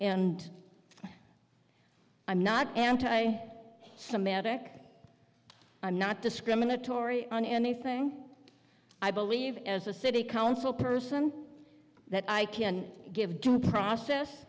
and i'm not anti semitic i'm not discriminatory on anything i believe as a city council person that i can give due process